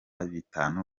bitanu